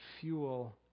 fuel